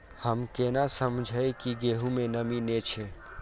हम केना समझये की गेहूं में नमी ने छे?